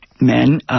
men